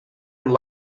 and